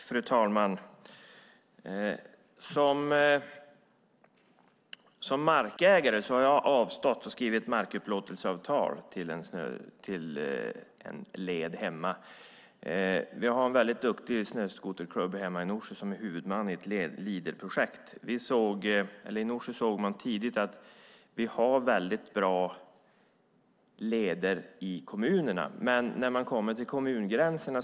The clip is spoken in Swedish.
Fru talman! Som markägare har jag skrivit ett markupplåtelseavtal till en led hemma. Vi har en väldigt duktig snöskoterklubb hemma i Norsjö som är huvudman i ett Leaderprojekt. I Norsjö såg man tidigt att det finns väldigt bra leder i kommunerna men att det blir desto sämre när man kommer till kommungränserna.